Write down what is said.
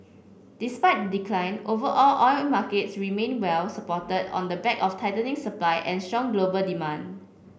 despite decline overall oil markets remained well supported on the back of tightening supply and strong global demand